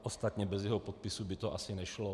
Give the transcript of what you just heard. Ostatně bez jeho podpisu by to asi nešlo.